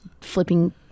flipping